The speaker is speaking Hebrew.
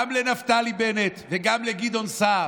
גם לנפתלי בנט וגם לגדעון סער: